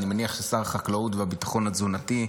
אני מניח ששר החקלאות וביטחון התזונתי,